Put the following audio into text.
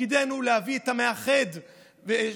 תפקידנו להביא את המאחד בחברה.